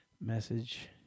Message